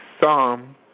Psalm